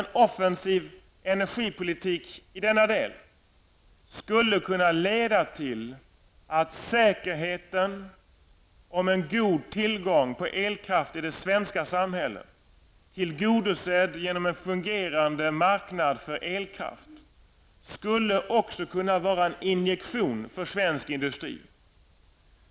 En offensiv energipolitik i denna del skulle också kunna leda till att säkerheten för en god tillgång på elkraft i det svenska samhället, tillgodosedd genom en fungerande marknad för elkraft, skulle kunna vara en injektion för svensk industri.